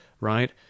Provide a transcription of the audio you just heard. right